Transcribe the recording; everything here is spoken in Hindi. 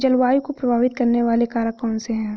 जलवायु को प्रभावित करने वाले कारक कौनसे हैं?